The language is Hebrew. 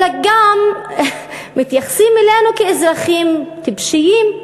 אלא גם מתייחסים אלינו כלאזרחים טיפשים,